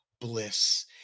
bliss